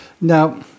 Now